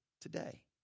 today